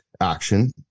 action